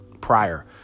prior